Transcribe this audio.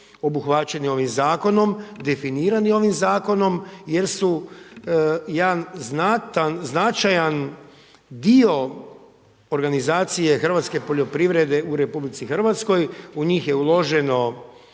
obuhvaćenih ovim zakonom, definirani ovim zakonom jer su jedan značajan dio organizacije hrvatske poljoprivrede u RH, u njih je uloženo